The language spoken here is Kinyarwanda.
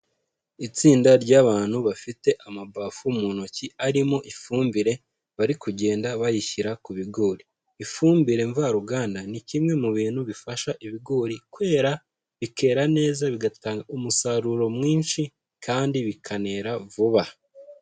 Itsinda ry'abantu bafite amabafu mu ntoki arimo ifumbire bari kugenda bayishyira ku bigori. Ifumbire mvaruganda ni kimwe mu bintu bifasha ibigori kwera, bikera neza bigatanga umusaruro mwinshi kandi bikanera vuba.